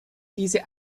diese